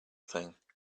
thing